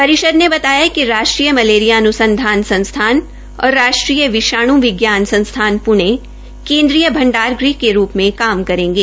परिषद ने बताया कि राष्ट्रीय मलेरिया अन्संधान और राष्ट्रीय विषाण् विज्ञान संस्थान पूणे केन्द्रीय भंडारगृह के रूप में काम करेंगे